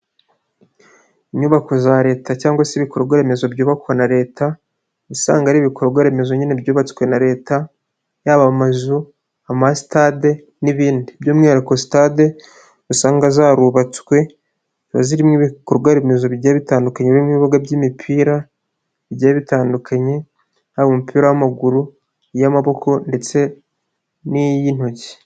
Inyubako za Leta cyangwa se ibikorwa remezo byubakwa na Leta uba usanga ari ibikorwa remezo nyine byubatswe na Leta, yaba amazu, amasitade n'ibindi by'umwihariko sitade usanga zarubatswe zirimo ibikorwa remezo bigiye bitandukanye, birimo ibibuga by'imipira bigiye bitandukanye, haba umupira w'amaguru, iy'amaboko ndetse n'iy'intoki.